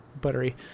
buttery